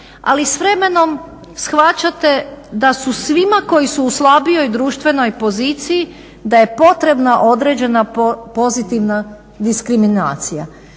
Ali s vremenom shvaćate da su svima koji su u slabijoj društvenoj poziciji, da je potrebna određena pozitivna diskriminacija,